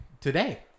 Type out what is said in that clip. today